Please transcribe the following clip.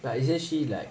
like isn't she